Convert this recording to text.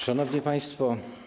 Szanowni Państwo!